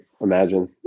imagine